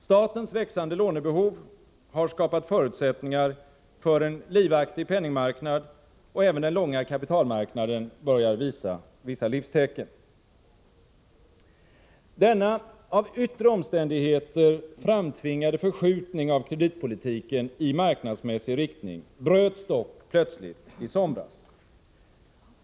Statens växande lånebehov har skapat förutsättningar för en livaktig penningmarknad, och även den långa kapitalmarknaden börjar visa vissa livstecken. Denna av yttre omständigheter framtvingade förskjutning av kreditpolitiken i marknadsmässig riktning bröts dock plötsligt i somras.